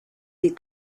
des